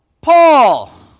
Paul